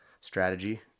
strategy